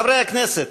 חברי הכנסת,